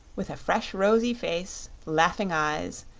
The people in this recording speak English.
with a fresh rosy face, laughing eyes,